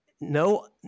no